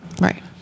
Right